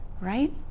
right